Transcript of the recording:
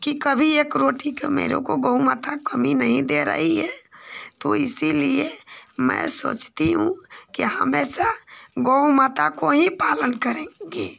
कि कभी एक रोटी का मुझको गऊ माता कमी नहीं दे रही है तो इसीलिए मैं सोचती हूँ कि हमेशा गऊ माता का ही पालन करूँगी